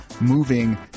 moving